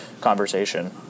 conversation